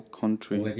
country